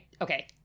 Okay